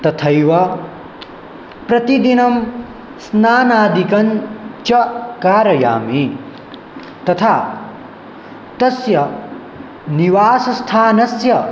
तथैव प्रतिदिनं स्नानादिकं च कारयामि तथा तस्य निवासस्थानस्य